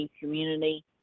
community